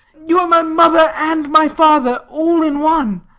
you are my mother and my father all in one.